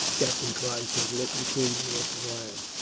captain clive said, looking keenly at the lads.